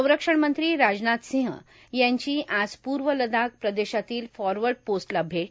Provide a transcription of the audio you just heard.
संरक्षणमंत्री राजनाथ सिंह यांची आज पूर्व लडाख प्रदेशातील फॉरवर्ड पोस्टला भेट